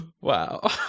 Wow